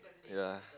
ya